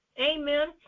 Amen